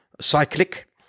cyclic